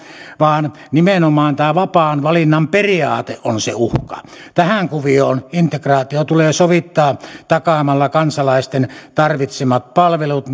vaan nimenomaan tämä vapaan valinnan periaate on se uhka tähän kuvioon integraatio tulee sovittaa takaamalla kansalaisten tarvitsemat palvelut